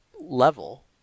level